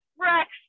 Rex